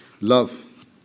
love